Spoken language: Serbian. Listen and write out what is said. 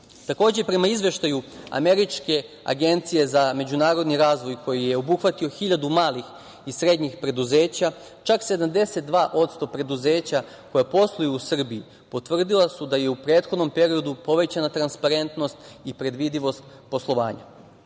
uspeh. Takođe, prema izveštaju američke Agencije za međunarodni razvoj, koji je obuhvatio hiljadu malih i srednjih preduzeća, čak 72% preduzeća koja posluju u Srbiji potvrdila su da je u prethodnom periodu povećana transparentnost i predvidivost poslovanja. Da